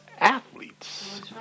athletes